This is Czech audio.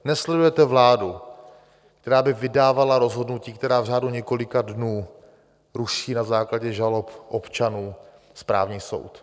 Nesledujete vládu, která by vydávala rozhodnutí, která v řádu několika dnů ruší na základě žalob občanů správní soud.